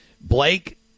Blake